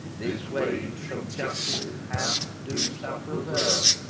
this wage from justice' hand do sufferers earn,